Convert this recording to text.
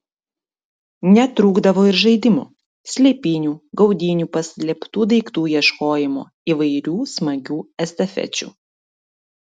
netrūkdavo ir žaidimų slėpynių gaudynių paslėptų daiktų ieškojimo įvairių smagių estafečių